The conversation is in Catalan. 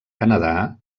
canadà